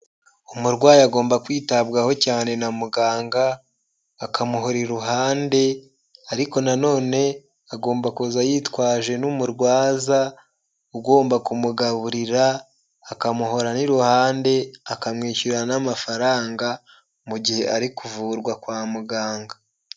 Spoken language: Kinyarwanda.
Umurwayi agomba kwitabwaho cyane na muganga akamuhora iruhande ariko nano agomba kuza yitwaje n'umurwaza ugomba kumugaburira akamuhora n'iruhande akamwishyura n'amafaranga mu gihe ari kuvurwa kwa muganga.